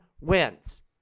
wins